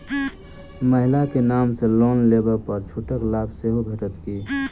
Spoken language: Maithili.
महिला केँ नाम सँ लोन लेबऽ पर छुटक लाभ सेहो भेटत की?